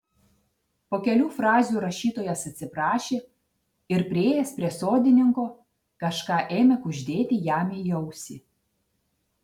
po kelių frazių rašytojas atsiprašė ir priėjęs prie sodininko kažką ėmė kuždėti jam į ausį